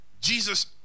Jesus